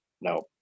no